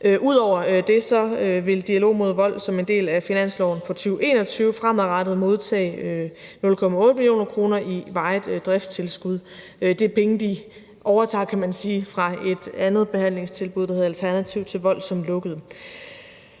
Ud over det vil Dialog mod Vold som en del af finansloven for 2021 fremadrettet modtage 0,8 mio. kr. i varigt driftstilskud. Det er penge, som de – kan man sige – overtager fra et andet behandlingstilbud, som hedder Alternativ til Vold, og som lukkede.